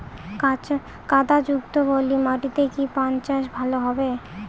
কাদা যুক্ত পলি মাটিতে কি পান চাষ ভালো হবে?